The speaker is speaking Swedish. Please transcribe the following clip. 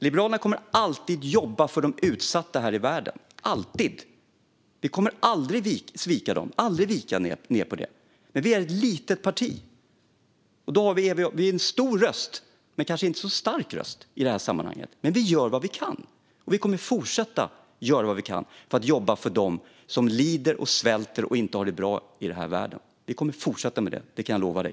Liberalerna kommer alltid att jobba för de utsatta här i världen. Vi kommer aldrig att svika dem och aldrig vika ned oss där. Men vi är ett litet parti. Vi är en stor röst, men den är kanske inte så stark i detta sammanhang. Men vi gör vad vi kan, och vi kommer att fortsätta att göra vad vi kan för att jobba för dem som lider och svälter och inte har det bra i denna värld. Vi kommer att fortsätta med det; det kan jag lova dig.